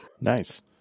Nice